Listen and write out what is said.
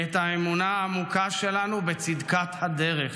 ואת האמונה העמוקה שלנו בצדקת הדרך.